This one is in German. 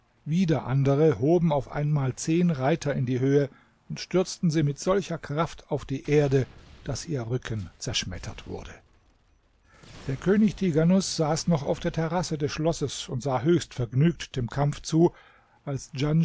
wieder andere hoben auf einmal zehn reiter in die höhe und stürzten sie mit solcher kraft auf die erde daß ihr rücken zerschmettert wurde der könig tighanus saß noch auf der terrasse des schlosses und sah höchst vergnügt dem kampf zu als